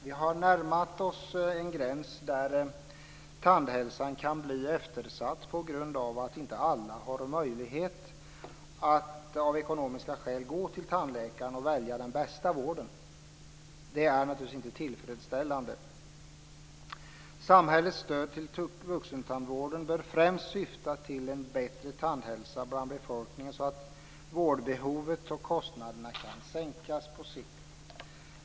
Vi har närmat oss en gräns där tandhälsan kan bli eftersatt på grund av att inte alla har möjlighet att av ekonomiska skäl gå till tandläkaren och välja den bästa vården. Det är naturligtvis inte tillfredsställande. Samhällets stöd till vuxentandvården bör främst syfta till en bättre tandhälsa bland befolkningen så att vårdbehovet och kostnaderna kan sänkas på sikt.